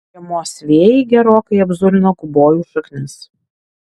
žiemos vėjai gerokai apzulino gubojų šaknis